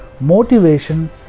motivation